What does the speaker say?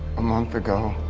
a month ago.